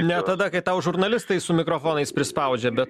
ne tada kai tau žurnalistai su mikrofonais prispaudžia be